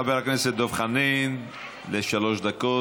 חבר הכנסת דב חנין לשלוש דקות,